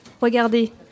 Regardez